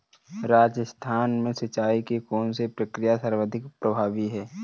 राजस्थान में सिंचाई की कौनसी प्रक्रिया सर्वाधिक प्रभावी है?